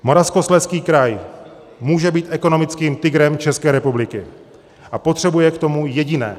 Moravskoslezský kraj může být ekonomickým tygrem České republiky a potřebuje k tomu jediné.